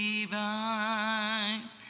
divine